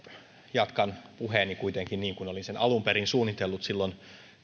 jatkan kuitenkin puhumalla niin kuin olin alun perin suunnitellut silloin